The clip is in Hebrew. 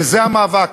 וזה המאבק.